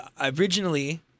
originally